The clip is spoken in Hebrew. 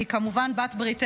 -- היא כמובן עם בעלת בריתנו,